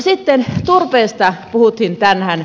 sitten turpeesta puhuttiin tänään